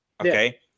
Okay